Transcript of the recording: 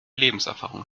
lebenserfahrung